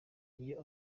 iyo